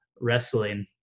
wrestling